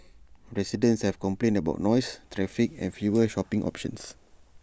residents have complained about noise traffic and fewer shopping options